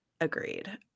agreed